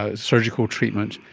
ah surgical treatment,